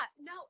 No